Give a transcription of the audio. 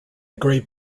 grey